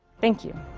thank you.